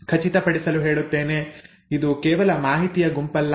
ಖಚಿತಪಡಿಸಲು ಹೇಳುತ್ತೇನೆ ಇದು ಕೇವಲ ಮಾಹಿತಿಯ ಗುಂಪಲ್ಲ